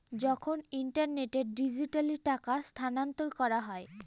যখন ইন্টারনেটে ডিজিটালি টাকা স্থানান্তর করা হয়